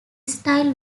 style